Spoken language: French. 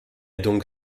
donc